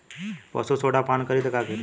पशु सोडा पान करी त का करी?